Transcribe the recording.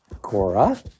Cora